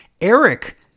eric